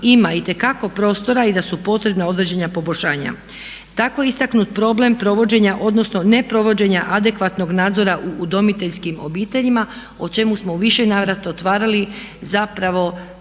ima itekako prostora i da su potrebne određena poboljšanja. Tako istaknut problem provođenja odnosno ne provođenja adekvatnog nadzora u udomiteljskim obiteljima o čemu smo u više navrata otvarali zapravo